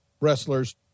wrestlers